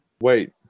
Wait